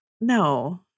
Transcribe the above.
No